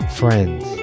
friends